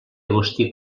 agustí